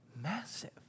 massive